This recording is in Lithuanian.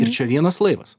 ir čia vienas laivas